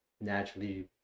naturally